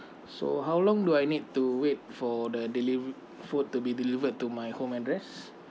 so how long do I need to wait for the deliv~ food to be delivered to my home address